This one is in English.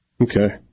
Okay